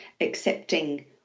accepting